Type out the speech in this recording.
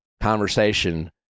conversation